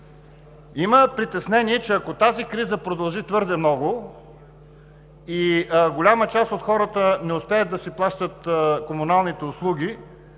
Има притеснение, че ако тази криза продължи твърде много и голяма част от хората не успеят да си плащат комуналните услуги,